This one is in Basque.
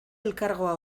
elkargoa